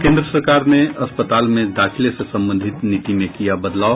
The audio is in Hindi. और केन्द्र सरकार ने अस्पताल में दाखिले से संबंधित नीति में किया बदलाव